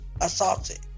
assaulted